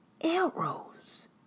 arrows